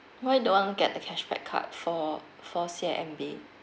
why you don't want get the cashback card from from C_I_M_B